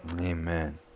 Amen